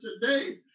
today